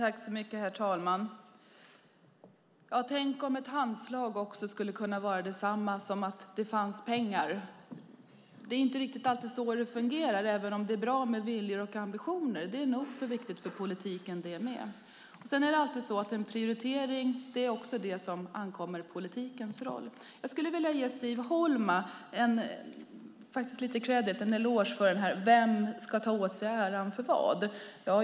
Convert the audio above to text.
Herr talman! Tänk om ett handslag också skulle kunna vara detsamma som att det finns pengar! Det är inte alltid så det fungerar, även om det är bra med viljor och ambitioner. Det är nog så viktigt för politiken det med. En prioritering är något som hör till politikens roll. Jag skulle vilja ge Siv Holma en eloge för frågan: Vem ska ta åt sig äran för vad?